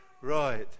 right